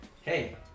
hey